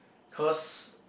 cause